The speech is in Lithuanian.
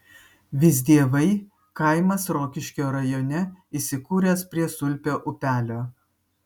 visdievai kaimas rokiškio rajone įsikūręs prie sulpio upelio